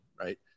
right